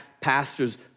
pastors